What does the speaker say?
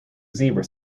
zebra